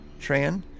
Tran